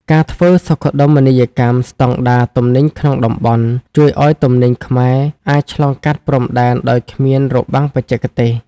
ការធ្វើសុខដុមនីយកម្មស្ដង់ដារទំនិញក្នុងតំបន់ ជួយឱ្យទំនិញខ្មែរអាចឆ្លងកាត់ព្រំដែនដោយគ្មានរបាំងបច្ចេកទេស។